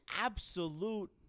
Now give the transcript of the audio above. absolute